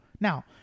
Now